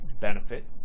benefit